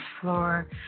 floor